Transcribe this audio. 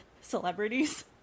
celebrities